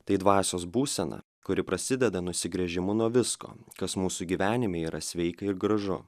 tai dvasios būsena kuri prasideda nusigręžimu nuo visko kas mūsų gyvenime yra sveika ir gražu